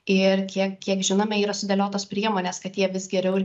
ir kiek kiek žinome yra sudėliotos priemonės kad jie vis geriau ir